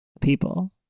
people